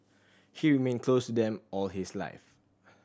he remained close to them all his life